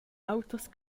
auters